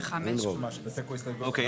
אוקיי,